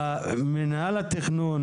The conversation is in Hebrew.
שמינהל התכנון,